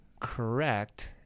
correct